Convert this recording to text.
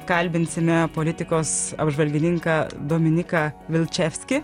kalbinsime politikos apžvalgininką dominiką vilčevskį